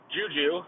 Juju